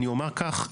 אני אומר כך,